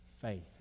faith